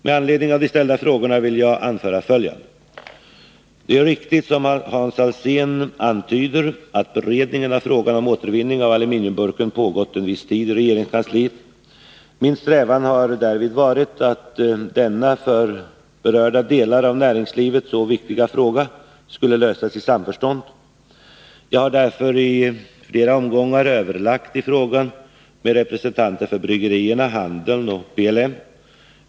Med anledning av de ställda frågorna vill jag anföra följande. Det är riktigt som Hans Alsén antyder, att beredningen av frågan om återvinning av aluminiumburken pågått en viss tid i regeringskansliet. Min strävan har därvid varit att denna för berörda delar av näringslivet så viktiga fråga skulle lösas i samförstånd. Jag har därför i flera omgångar överlagt i frågan med representanter för bryggerierna, handeln och PLM.